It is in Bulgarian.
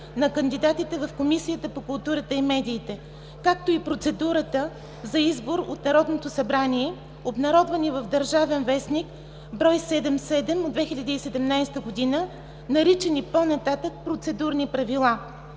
на кандидатите в Комисията по културата и медиите, както и процедурата за избор от Народното събрание (обн., ДВ, бр. 77 от 2017 г.), наричани по-нататък „Процедурни правила“.